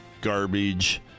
garbage